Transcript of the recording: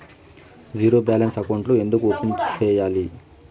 zero balance అకౌంట్లు ఎందుకు open సేయాలి